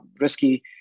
risky